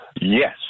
Yes